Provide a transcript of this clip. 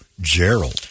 Gerald